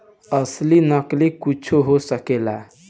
असली नकली कुच्छो हो सकेला